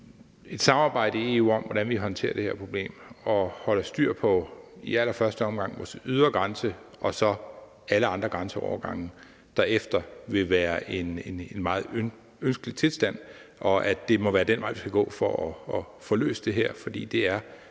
et samarbejde i EU om, hvordan vi håndterer det her problem og holder styr på i allerførste omgang vores ydre grænse og så alle andre grænseovergange derefter, vil være en meget ønskelig tilstand, og at det må være den vej, vi skal gå for at få løst det her. For det er